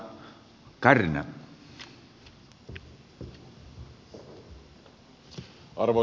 arvoisa puhemies